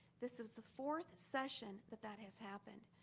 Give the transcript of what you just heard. this was the fourth session that that has happened.